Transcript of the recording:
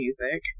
music